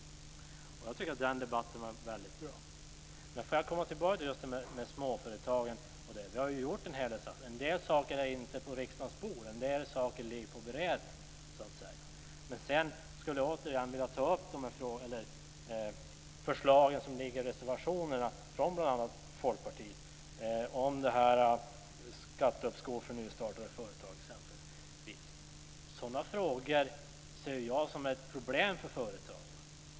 Jag tycker att den debatten var väldigt bra. Men låt mig komma tillbaka till detta med småföretagen. Vi har ju gjort en hel del satsningar. En del saker är inte på riksdagens bord. En del saker ligger för beredning. Sedan skulle jag vilja ta upp förslagen som ligger i reservationerna från bl.a. Folkpartiet om ett skatteuppskov för nystartade företag. Sådana frågor ser jag som ett problem för företagen.